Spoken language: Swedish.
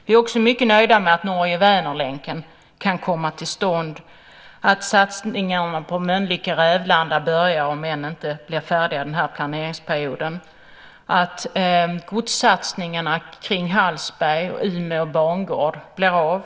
Vi är också mycket nöjda med att Norge-Vänern-länken kan komma till stånd och att satsningarna på Mölnlycke-Rävlanda börjar, om än inte blir färdiga, den här planeringsperioden. Vi är också nöjda med att godssatsningarna kring Hallsberg och Umeå bangård blir av.